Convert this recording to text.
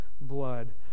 blood